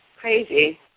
crazy